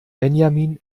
benjamin